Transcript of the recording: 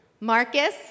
Marcus